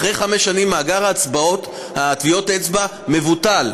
אחרי חמש שנים מאגר טביעות האצבע מבוטל.